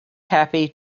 happy